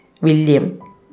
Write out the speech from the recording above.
William